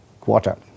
quarter